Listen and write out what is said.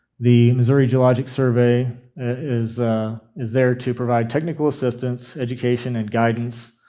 the missouri geologic survey is is there to provide technical assistance, education, and guidance,